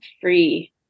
free